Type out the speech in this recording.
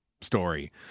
story